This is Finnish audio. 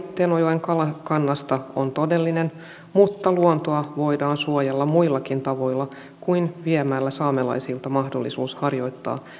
tenojoen kalakannasta on todellinen mutta luontoa voidaan suojella muillakin tavoilla kuin viemällä saamelaisilta mahdollisuus harjoittaa